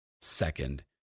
Second